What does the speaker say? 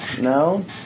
No